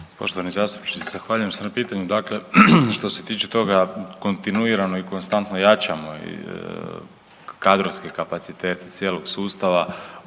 Poštovani zastupniče, zahvaljujem se na pitanju. Dakle, što se tiče toga kontinuirano i konstantno jačamo i kadrovske kapacitete cijelog sustava.